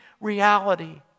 reality